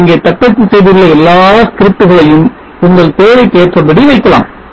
நீங்கள் இங்கே தட்டச்சு செய்துள்ள எல்லா scriptகளையும் உங்கள் தேவைக்கு ஏற்றபடி வைக்கலாம்